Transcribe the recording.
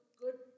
good